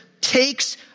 takes